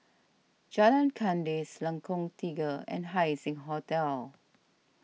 Jalan Kandis Lengkong Tiga and Haising Hotel